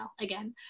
again